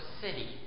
city